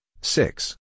six